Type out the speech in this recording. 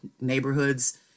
neighborhoods